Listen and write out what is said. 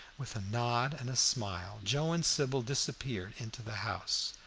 with a nod and a smile joe and sybil disappeared into the house.